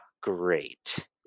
great